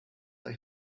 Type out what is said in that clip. euch